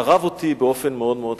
שצרב אותי באופן מאוד מאוד קשה,